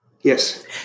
Yes